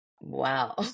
Wow